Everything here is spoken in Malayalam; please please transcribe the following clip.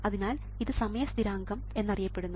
അതിനാൽ ഇത് സമയ സ്ഥിരാങ്കം എന്നറിയപ്പെടുന്നു